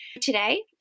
Today